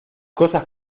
cosas